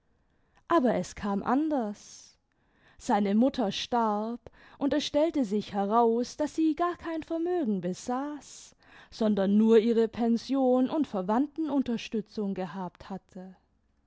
aber es kam anders seine mutter starb und es stelhe sich heraus daß sie gar kein vermögen besaß sondern nur ihre pension und verwandtenimterstützung gehabt hatte